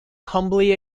humbly